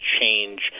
change